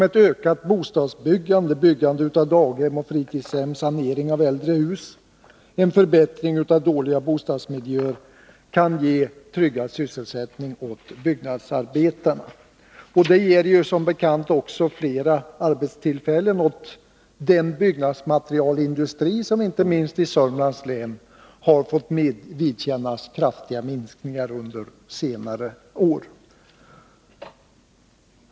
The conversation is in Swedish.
Ett ökat bostadsbyggande, byggande av daghem och fritidshem samt sanering av äldre hus och en förbättring av dåliga bostadsmiljöer kan ge tryggad sysselsättning åt byggnadsarbetarna. Det ger som bekant flera arbetstillfällen åt den byggnadsmaterialindustri som inte minst i Södermanlands län har fått vidkännas kraftiga minskningar under senare år.